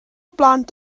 blant